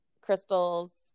crystals